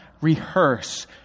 rehearse